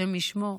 השם ישמור.